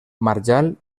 marjal